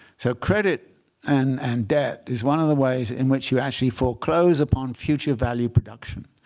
so credit and and debt is one of the ways in which you actually foreclose upon future value production.